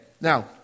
Now